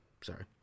Sorry